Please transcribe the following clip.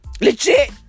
Legit